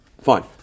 Fine